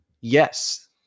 yes